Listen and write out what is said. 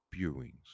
viewings